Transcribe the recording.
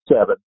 seven